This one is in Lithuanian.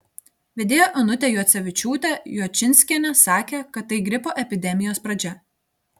vedėja onutė juocevičiūtė juočinskienė sakė kad tai gripo epidemijos pradžia